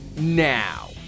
now